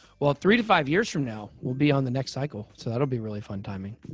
well, three to five years from now, we'll be on the next cycle, so that'll be really fun timing.